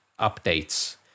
updates